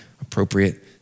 appropriate